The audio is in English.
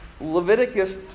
Leviticus